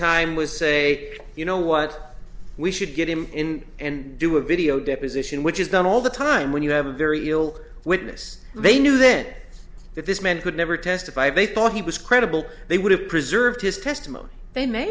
time was say you know what we should get him in and do a video deposition which is done all the time when you have a very ill witness they knew then that this man could never testify they thought he was credible they would have preserved his testimony they may